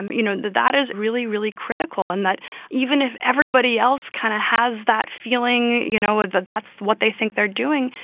and you know, that that is really, really critical. and that even if everybody else kind of has that feeling, you know, that that's what they think they're doing.